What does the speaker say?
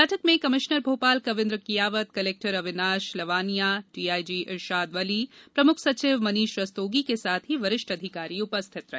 बैठक में commissioner Bhopal Kavindra Kiyawat collector Avinash Lavania DIG Irshad Wali प्रमुख सचिव मनीश रस्तोगी के साथ वरिष्ठ अधिकारी उपस्थित रहे